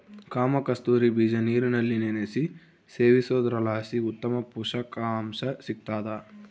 ಕಾಮಕಸ್ತೂರಿ ಬೀಜ ನೀರಿನಲ್ಲಿ ನೆನೆಸಿ ಸೇವಿಸೋದ್ರಲಾಸಿ ಉತ್ತಮ ಪುಷಕಾಂಶ ಸಿಗ್ತಾದ